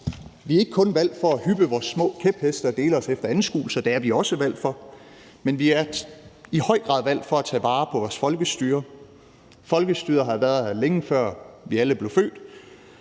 vi er ikke kun valgt for at hyppe vores små kæpheste og dele os efter anskuelser, det er vi også valgt for, men vi er i høj grad valgt for at tage vare på vores folkestyre. Folkestyret har været her, længe før vi alle blev født,